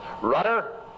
rudder